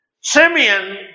Simeon